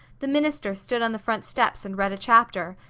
the minister stood on the front steps and read a chapter,